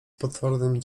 potwornym